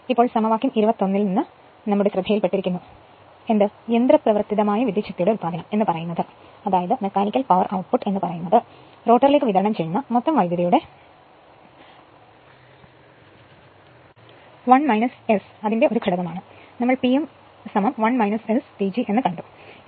ഇപ്പോൾ സമവാക്യം 21 ൽ നിന്ന് ശ്രദ്ധയിൽപ്പെട്ടിരിക്കുന്നു യന്ത്രപ്രവർത്തിതമായ വിദ്യുച്ഛക്തിയുടെ ഉത്പന്നം എന്ന് പറയുന്നത് റോട്ടറിലേക്ക് വിതരണം ചെയ്യുന്ന മൊത്തം വൈദ്യുതിയുടെ o1 S ന്റെ ഒരു ഘടകമാണ് നമ്മൾ Pm 1 S PG എന്ന്കണ്ടു